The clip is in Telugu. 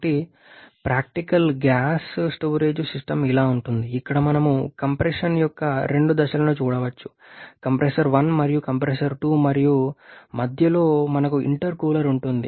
కాబట్టి ప్రాక్టికల్ గ్యాస్ స్టోరేజ్ సిస్టమ్ ఇలా ఉంటుంది ఇక్కడ మనం కంప్రెషన్ యొక్క రెండు దశలను చూడవచ్చు కంప్రెసర్ 1 మరియు కంప్రెసర్ 2 మరియు మధ్యలో మనకు ఇంటర్కూలర్ ఉంటుంది